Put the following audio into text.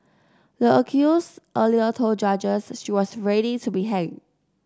the accused earlier told judges she was ready to be hanged